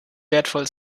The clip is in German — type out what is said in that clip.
wertvoll